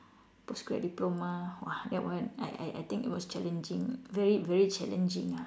post grad diploma !wah! that one I I I think it was challenging very very challenging ah